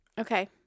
Okay